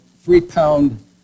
three-pound